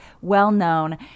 well-known